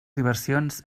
diversions